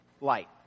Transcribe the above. light